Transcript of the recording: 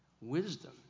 wisdom